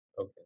okay